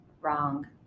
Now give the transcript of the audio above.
Wrong